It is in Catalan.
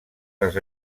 les